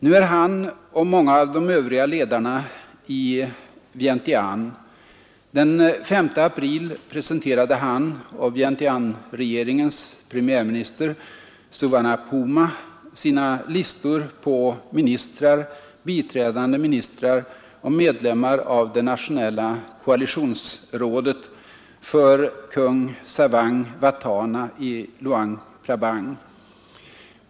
Nu är han och många av de övriga ledarna i Vientiane. Den 5 april presenterade han och Vientianeregeringens premiärminister Souvanna Phouma sina listor på ministrar, biträdande ministrar och medlemmar av det nationella koalitionsrådet för kung Savang Vathana i Luang Prabang.